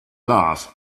love